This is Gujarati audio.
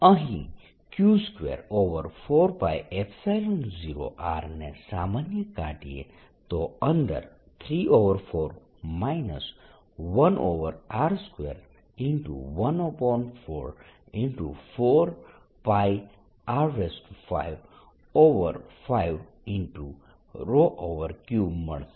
અહીં Q24π0R ને સામાન્ય કાઢીએ તો અંદર 34 1R2144πR55Q મળશે